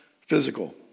physical